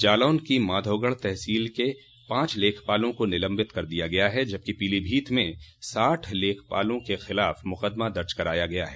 जालौन की माधौगढ़ तहसील के पांच लेखपालों को निलम्बित कर दिया गया है जबकि पीलीभीत में साठ लेखपालों के खिलाफ मुकदमा दर्ज कराया गया है